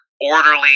orderly